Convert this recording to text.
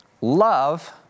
Love